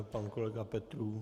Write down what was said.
Pan kolega Petrů?